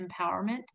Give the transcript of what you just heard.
empowerment